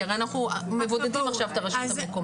כי הרי אנחנו מבודדים עכשיו את הרשות המקומית.